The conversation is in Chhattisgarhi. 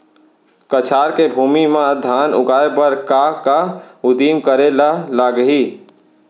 कछार के भूमि मा धान उगाए बर का का उदिम करे ला लागही?